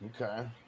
Okay